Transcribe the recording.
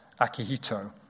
Akihito